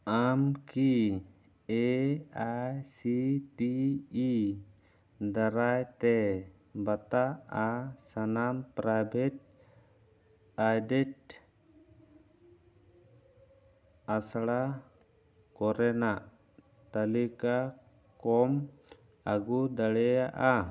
ᱟᱢᱠᱤ A I C T E ᱫᱟᱨᱟᱭᱛᱮ ᱵᱟᱛᱟᱜᱼᱟ ᱥᱟᱱᱟᱢ ᱯᱨᱟᱭᱵᱷᱮᱴ ᱮᱭᱰᱮᱰ ᱟᱥᱲᱟ ᱠᱚᱨᱮᱱᱟᱜ ᱛᱟᱞᱤᱠᱟ ᱠᱚᱢ ᱟᱹᱜᱩ ᱫᱟᱲᱮᱭᱟᱜᱼᱟ